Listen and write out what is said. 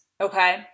okay